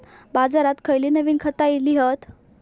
बाजारात खयली नवीन खता इली हत?